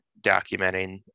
documenting